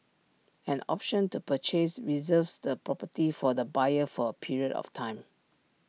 an option to purchase reserves the property for the buyer for A period of time